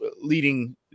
leading